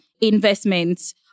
investments